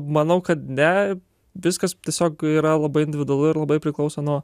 manau kad ne viskas tiesiog yra labai individualu ir labai priklauso nuo